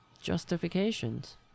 justifications